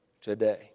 today